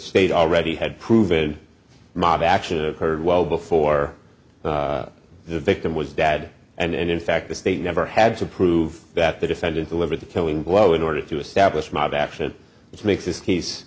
state already had proven mob action occurred well before the victim was dad and in fact the state never had to prove that the defendant delivered the killing blow in order to establish mob action which makes this